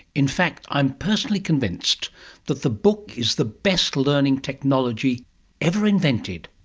in fact, i'm personally convinced that the book is the best learning technology ever invented,